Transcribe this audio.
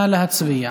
נא להצביע.